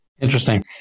Interesting